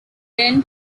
then